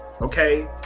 okay